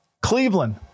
Cleveland